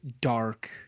dark